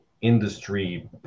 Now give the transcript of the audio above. industry